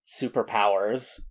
superpowers